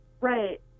Right